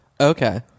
Okay